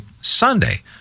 Sunday